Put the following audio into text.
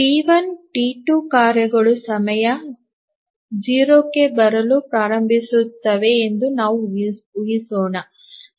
T one T two ಕಾರ್ಯಗಳು ಸಮಯ 0 ಕ್ಕೆ ಬರಲು ಪ್ರಾರಂಭಿಸುತ್ತವೆ ಎಂದು ನಾವು ಉಳಿಸೋಣ